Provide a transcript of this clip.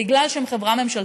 בגלל שהם חברה ממשלתית,